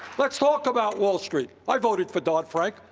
let's talk about wall street. i voted for dodd-frank,